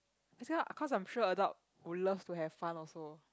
cause I am sure adult would love to have fun also